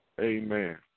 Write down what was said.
Amen